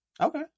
okay